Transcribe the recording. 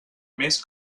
més